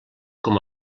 com